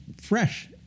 Fresh